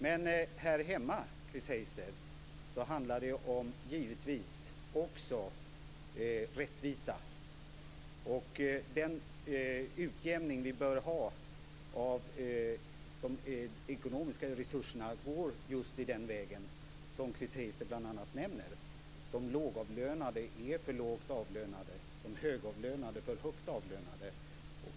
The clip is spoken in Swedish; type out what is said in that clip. Men här hemma, Chris Heister, handlar det givetvis också om rättvisa. Den utjämning som bör ske av de ekonomiska resurserna går just i den riktning som bl.a. Chris Heister nämner. De lågavlönade är för lågt avlönade och de högavlönade är för högt avlönade.